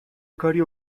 کاریو